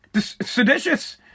seditious